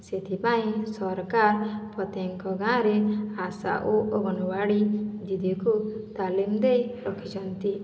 ସେଥିପାଇଁ ସରକାର ପ୍ରତ୍ୟେକ ଗାଁରେ ଆଶା ଓ ଅଙ୍ଗନବାଡ଼ି ଦିଦିକୁ ତାଲିମ ଦେଇ ରଖିଛନ୍ତି